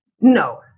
No